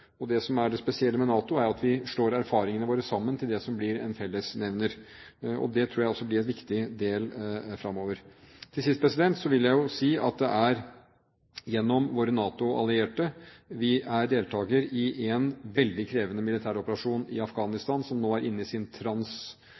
Det som er det spesielle ved NATO, er jo at vi slår erfaringene våre sammen til det som blir en fellesnevner. Det tror jeg også blir en viktig del fremover. Til sist vil jeg si at det er gjennom våre NATO-allierte vi er deltakere i en veldig krevende militæroperasjon i Afghanistan, som nå er inne i sin